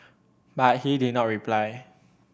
but he did not reply